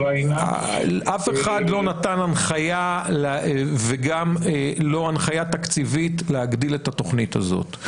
אף אחד לא נתן הנחיה וגם לא הנחיה תקציבית להגדיל את התוכנית הזאת.